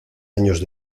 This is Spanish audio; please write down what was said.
años